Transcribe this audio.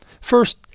First